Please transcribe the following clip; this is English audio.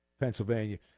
Pennsylvania